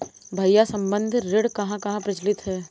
भैया संबंद्ध ऋण कहां कहां प्रचलित है?